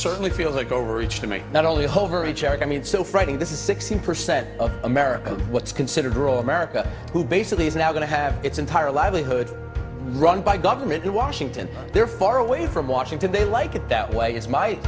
certainly feels like overreach to me not only hold her a check i mean so frightening this is sixteen percent of america what's considered rural america who basically is now going to have its entire livelihood run by government in washington they're far away from washington they like it that way is m